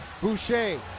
boucher